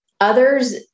Others